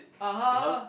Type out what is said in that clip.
(uh huh)